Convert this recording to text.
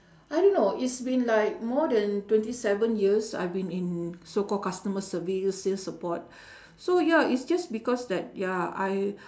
I don't know it's been like more than twenty seven years I've been in so called customer service sales support so ya it's just because that ya I